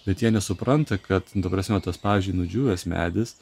bet jie nesupranta kad ta prasme tas pavyzdžiui nudžiūvęs medis